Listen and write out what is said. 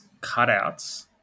cutouts